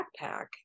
backpack